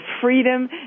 freedom